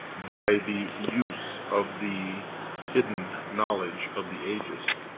by the use of the hidden knowledge of the ages,